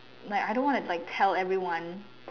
like I don't wanna like tell everyone